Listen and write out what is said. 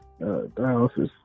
Dialysis